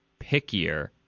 pickier